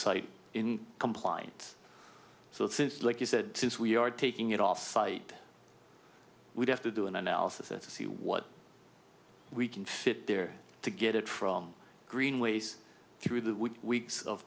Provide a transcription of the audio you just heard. site in compliance so things like you said since we are taking it off site we'd have to do an analysis and see what we can fit there to get it from greenways through the weeks of